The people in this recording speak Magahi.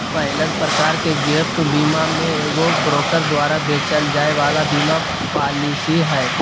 पहला प्रकार के गैप बीमा मे एगो ब्रोकर द्वारा बेचल जाय वाला बीमा पालिसी हय